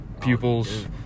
pupils